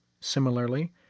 Similarly